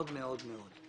מאוד, מאוד, מאוד.